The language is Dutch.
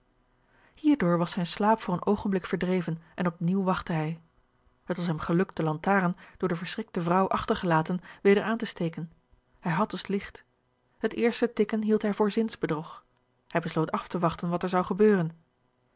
hierdoor was zijn slaap voor een oogenblik verdreven en op nieuw wachtte hij het was hem gelukt de lantaarn door de verschrikte vrouw achtergelaten weder aan te steken hij had dus licht het eerste tikken hield hij voor zinsbedrog hij besloot af te wachten wat er zou gebeuren